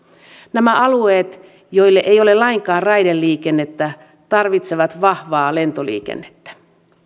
nämä alueet joilla ei ole lainkaan raideliikennettä tarvitsevat vahvaa lentoliikennettä